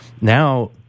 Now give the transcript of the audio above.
now